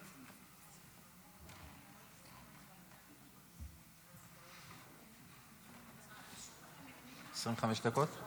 25 דקות?